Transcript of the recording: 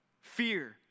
fear